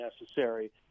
necessary